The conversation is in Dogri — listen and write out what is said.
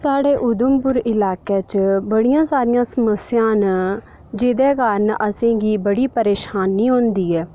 साढ़े उधमपुर इलाके च बड़ियां सारियां समस्यां न जेह्दे कारण असेंगी बड़ी परेशानी होंदी ऐ